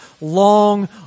long